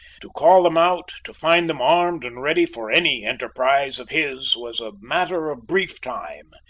to call them out, to find them armed and ready for any enterprise of his was a matter of brief time.